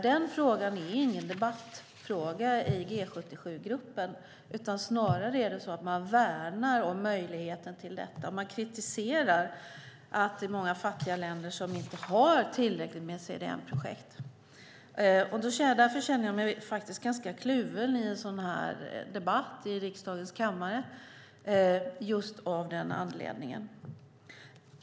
Den frågan är ingen debattfråga i G77-gruppen, utan snarare värnar man om möjligheten till detta och kritiserar att många fattiga länder inte har tillräckligt med CDM-projekt. Av just den anledningen känner jag mig ganska kluven i en sådan här debatt i riksdagens kammare.